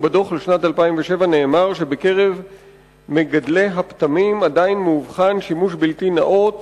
ובדוח לשנת 2007 נאמר שבקרב מגדלי הפטמים עדיין מאובחן שימוש בלתי נאות